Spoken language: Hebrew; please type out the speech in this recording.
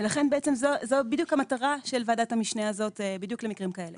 ולכן זו בעצם בדיוק המטרה של וועדת המשנה הזאת בדיוק למקרים כאלה.